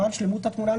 למען שלמות התמונה,